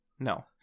No